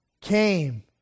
came